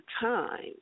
time